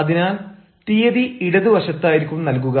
അതിനാൽ തീയതി ഇടതുവശത്തായിരിക്കും നൽകുക